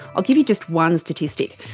i'll give you just one statistic.